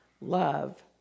Love